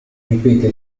ripete